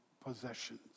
possessions